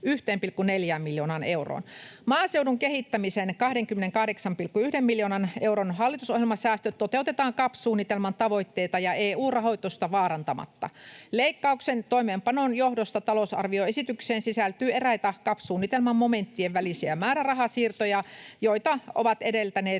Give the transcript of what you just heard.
141,4 miljoonaan euroon. Maaseudun kehittämisen 28,1 miljoonan euron hallitusohjelmasäästöt toteutetaan CAP-suunnitelman tavoitteita ja EU-rahoitusta vaarantamatta. Leikkauksen toimeenpanon johdosta talousarvioesitykseen sisältyy eräitä CAP-suunnitelman momenttien välisiä määrärahasiirtoja, joita ovat edeltäneet